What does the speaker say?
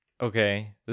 Okay